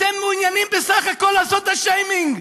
אתם מעוניינים בסך הכול לעשות שיימינג.